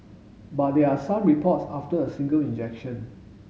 but there are some reports after a single injection